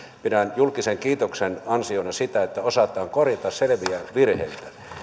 pidän julkisen kiitoksen ansiona sitä että osataan korjataan selviä virheitä